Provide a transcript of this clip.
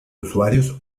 usuarios